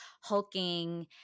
hulking